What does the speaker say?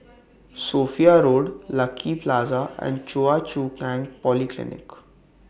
Sophia Road Lucky Plaza and Choa Chu Kang Polyclinic